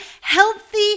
healthy